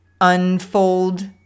unfold